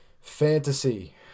Fantasy